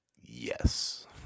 Yes